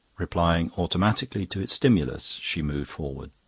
replying automatically to its stimulus, she moved forward.